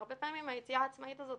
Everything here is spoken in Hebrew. והרבה פעמים היציאה העצמאית הזאת,